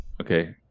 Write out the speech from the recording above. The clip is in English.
okay